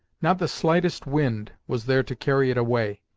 not the slightest wind was there to carry it away.